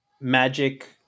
magic